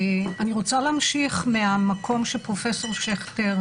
אני רוצה להמשיך מהמקום שפרופסור שכטר